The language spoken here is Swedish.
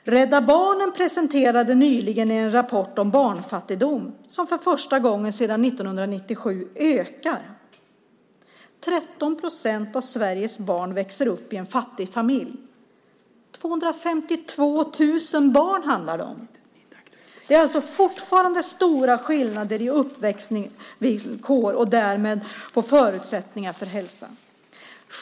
Rädda Barnen presenterade nyligen en rapport om barnfattigdomen, som för första gången sedan 1997 ökar. 13 procent av Sveriges barn växer upp i en fattig familj. Det handlar om 252 000 barn. Det är alltså fortfarande stora skillnader i uppväxtvillkor och därmed i förutsättningar för hälsa.